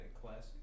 classic